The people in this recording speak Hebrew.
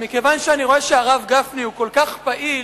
מכיוון שאני רואה שהרב גפני כל כך פעיל,